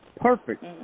perfect